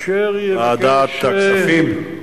ועדת הכספים?